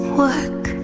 work